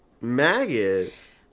Maggots